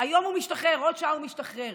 היום הוא משתחרר, עוד שעה הוא משתחרר.